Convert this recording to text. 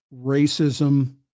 racism